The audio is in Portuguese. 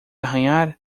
arranhar